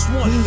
one